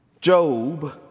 Job